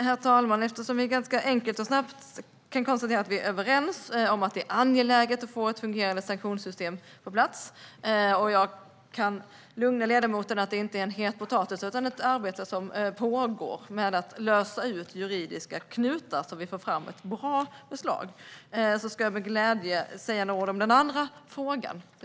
Herr talman! Vi kan ganska enkelt och snabbt konstatera att vi är överens om att det är angeläget att få ett fungerande sanktionssystem på plats. Och jag kan lugna ledamoten med att det inte är en het potatis, utan det är ett arbete som pågår med att lösa juridiska knutar så att vi får fram ett bra förslag. Sedan ska jag med glädje säga några ord om den andra frågan.